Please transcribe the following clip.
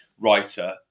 writer